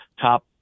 top